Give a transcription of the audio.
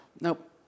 nope